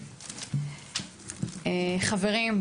חברים,